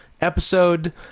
episode